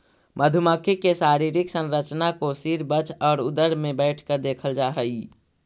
मधुमक्खी के शारीरिक संरचना को सिर वक्ष और उदर में बैठकर देखल जा हई